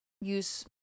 use